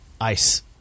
ice